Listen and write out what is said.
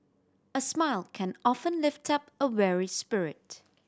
a smile can often lift up a weary spirit